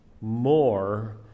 more